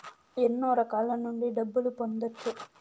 ఎన్నో రకాల నుండి డబ్బులు పొందొచ్చు